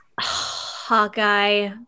Hawkeye